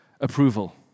approval